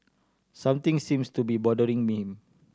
something seems to be bothering him